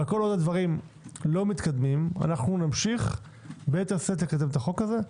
כל עוד הדברים אינם מתקדמים נמשיך ביתר שאת לקדם את החוק הזה,